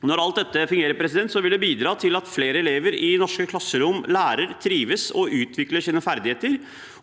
Når alt dette fungerer, vil det bidra til at flere elever i norske klasserom lærer, trives og utvikler sine ferdigheter